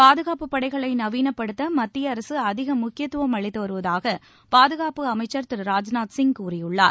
பாதுகாப்புப் படைகளை நவீனப்படுத்த மத்திய அரசு அதிக முக்கியத்துவம் அளித்து வருவதாக பாதுகாப்பு அமைச்சர் திரு ராஜ்நாத் சிங் கூறியுள்ளார்